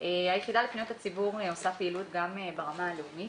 היחידה לפניות הציבור עושה פעילות גם ברמה הלאומית.